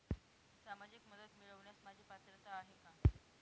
सामाजिक मदत मिळवण्यास माझी पात्रता आहे का?